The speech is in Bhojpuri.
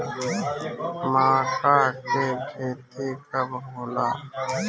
माका के खेती कब होला?